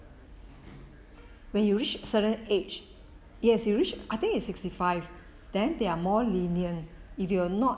when you reach certain age it has to reach I think it's sixty five then they're more lenient if you're not